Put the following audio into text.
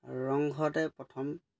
ৰংঘৰতে প্ৰথম